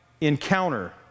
encounter